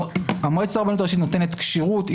מועצת הרבנות הראשית נותנת כשירות,